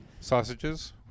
Sausages